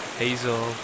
hazel